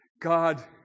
God